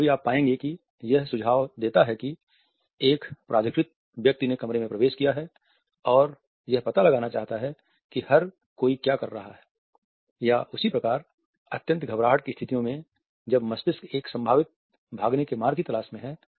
कभी कभी आप पाएंगे कि यह सुझाव देता है कि एक प्राधिकृत व्यक्ति ने कमरे में प्रवेश किया है और यह पता लगाना चाहता है कि हर कोई क्या कर रहा है या उसी प्रकार अत्यन्त घबराहट की स्थितियों में जब मस्तिष्क एक संभावित भागने के मार्ग की तलाश में है